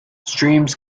streams